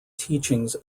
teachings